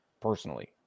personally